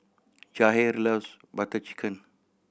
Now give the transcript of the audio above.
Jahir loves Butter Chicken